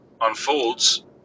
unfolds